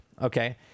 Okay